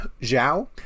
Zhao